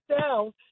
down